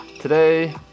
Today